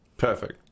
perfect